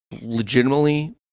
legitimately